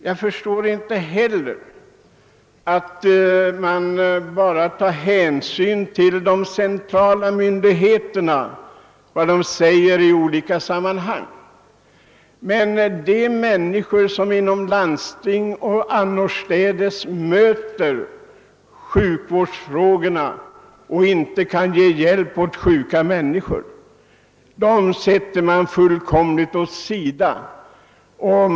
Jag förstår inte heller varför man bara tar hänsyn till vad de centrala myndigheterna säger i olika sammanhang och åsidosätter exempelvis dem som inom landstingen möter sjukvårdsfrågorna men är i det läget att de tyvärr inte kan ge hjälp åt sjuka människor.